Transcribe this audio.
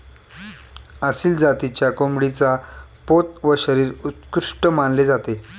आसिल जातीच्या कोंबडीचा पोत व शरीर उत्कृष्ट मानले जाते